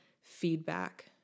feedback